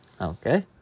Okay